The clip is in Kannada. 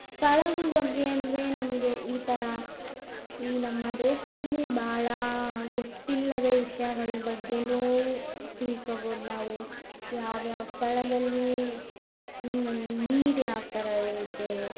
ಸ್ಥಳಗಳ ಬಗ್ಗೆ ಅಂದರೆ ನಮಗೆ ಈ ಥರ ಈ ನಮ್ಮ ದೇಶದಲ್ಲಿ ಬಹಳ ಗೊತ್ತಿಲ್ಲದೆ ವಿಷಯಗಳ ಬಗ್ಗೆಯೂ ತಿಳ್ಕೊಬೋದು ನಾವು ಯಾವ್ಯಾವ ಸ್ಥಳದಲ್ಲಿ ನೀರು ಯಾವ್ತರ ಇರುತ್ತೆ